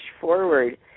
forward